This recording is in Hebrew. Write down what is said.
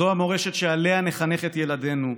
זו המורשת שעליה נחנך את ילדינו,